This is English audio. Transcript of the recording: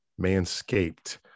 Manscaped